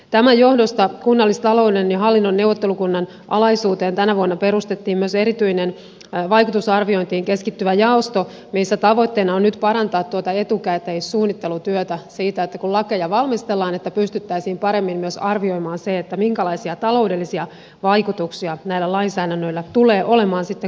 tämän johdosta kunnallistalouden ja hallinnon neuvottelukunnan alaisuuteen tänä vuonna perustettiin myös erityinen vaikutusarviointeihin keskittyvä jaosto missä tavoitteena on nyt parantaa tuota etukäteissuunnittelutyötä siitä että kun lakeja valmistellaan pystyttäisiin paremmin myös arvioimaan se minkälaisia taloudellisia vaikutuksia näillä lainsäädännöillä tulee olemaan sitten kun ne toimeenpannaan